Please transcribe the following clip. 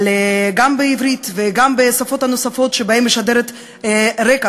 גם בעברית וגם בשפות הנוספות שבהן משדרת רק"ע,